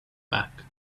back